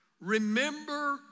Remember